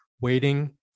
waiting